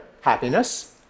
happiness